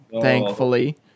thankfully